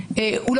עקרוני.